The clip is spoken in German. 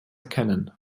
erkennen